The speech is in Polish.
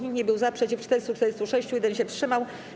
Nikt nie był za, przeciw - 446, 1 się wstrzymał.